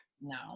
no